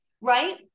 right